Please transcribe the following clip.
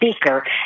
speaker